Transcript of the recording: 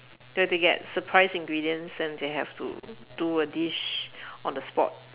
they have to get surprise ingredients and they have to do a dish on the spot